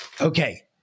Okay